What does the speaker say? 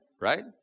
Right